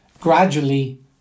gradually